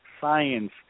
science